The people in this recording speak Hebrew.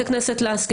חברת הכנסת לסקי,